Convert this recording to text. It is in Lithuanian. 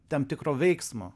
tam tikro veiksmo